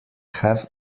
have